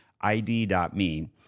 ID.me